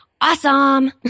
awesome